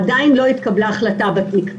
עדיין לא התקבלה החלטה בתיק.